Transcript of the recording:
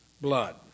Blood